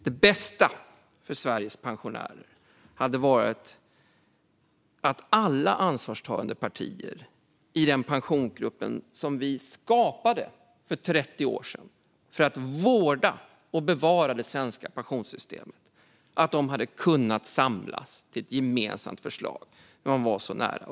Det bästa för Sveriges pensionärer hade varit att alla ansvarstagande partier i den pensionsgrupp som vi skapade för 30 år sedan för att vårda och bevara det svenska pensionssystemet hade kunnat samlas till ett gemensamt förslag, när man var så nära.